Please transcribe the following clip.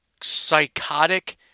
psychotic